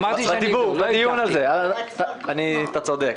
אתה צודק.